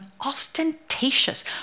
ostentatious